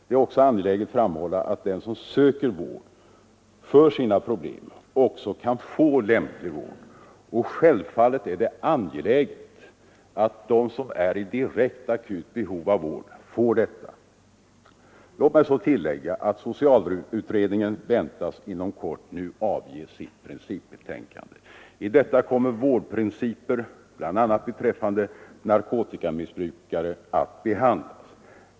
Det är vidare angeläget att framhålla att den som söker vård för sina problem också kan få lämplig vård. Och självfallet är det angeläget att de som är i direkt akut behov av vård får sådan. Låt mig tillägga att socialutredningen väntas inom kort avge sitt principbetänkande. I detta kommer vårdprinciper, bl.a. beträffande narkotikamissbrukare, att behandlas.